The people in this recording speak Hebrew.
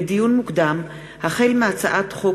לדיון מוקדם: החל בהצעת חוק